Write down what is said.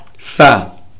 Sa